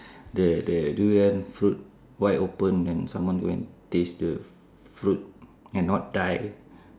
the the durian fruit wide open then someone go and taste the fruit and not die